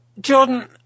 Jordan